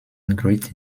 great